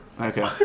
okay